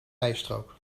rijstrook